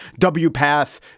WPATH